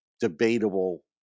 debatable